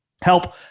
help